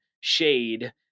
shade